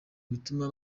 bituma